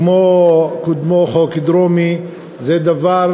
כמו קודמו, חוק דרומי, הוא דבר